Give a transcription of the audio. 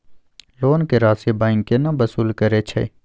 Loan के राशि bank केना वसूल करे छै?